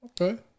Okay